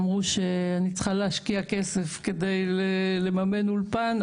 אמרו שאני צריכה להשקיע כסף כדי לממן אולפן,